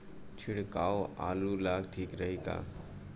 छिड़काव आलू ला ठीक रही का?